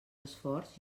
esforç